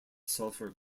sulphur